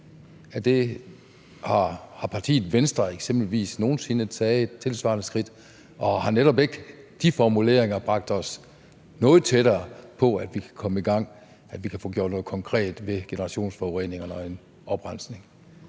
Har partiet Venstre eksempelvis nogen sinde taget et tilsvarende skridt? Og har netop ikke de formuleringer bragt os noget tættere på, at vi kan komme i gang, at vi kan få gjort noget konkret ved generationsforureningerne og en oprensning?